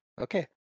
Okay